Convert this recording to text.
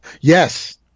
Yes